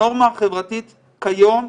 הנורמה החברתית כיום,